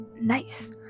nice